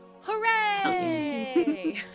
hooray